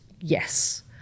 Yes